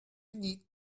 need